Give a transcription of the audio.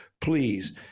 please